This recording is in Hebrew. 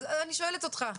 אז אני שואלת אותך.